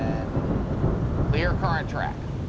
then clear current track.